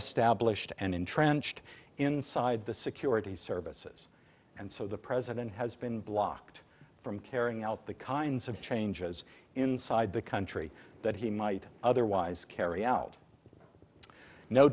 established and entrenched inside the security services and so the president has been blocked from carrying out the kinds of changes inside the country that he might otherwise carry out no